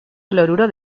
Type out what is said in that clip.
cloruro